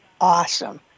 awesome